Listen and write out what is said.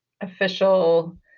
official